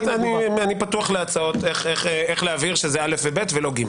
אני פתוח להצעות איך להבהיר שזה א' ו-ב' ולא ג'.